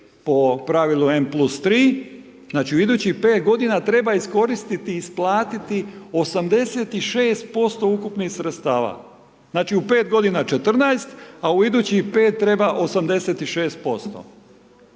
po pravilu N+3, znači u idućih 5 g. treba iskoristiti i isplatiti 86% ukupnih sredstava. Znači u 5 g. a u idućih 5 treba 86%.